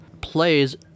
Plays